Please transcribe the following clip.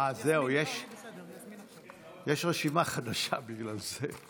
יש רשימה חדשה, בגלל זה.